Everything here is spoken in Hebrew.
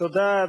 תודה,